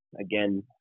Again